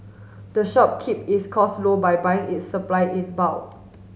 the shop keep its cost low by buying its supply in bulk